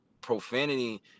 profanity